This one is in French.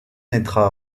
naîtra